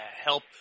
help